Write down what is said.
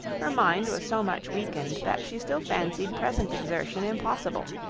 her mind was so much weakened that she still fancied present exertion impossible,